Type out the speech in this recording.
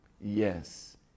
yes